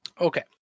okay